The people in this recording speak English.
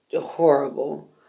horrible